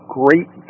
great